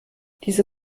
diese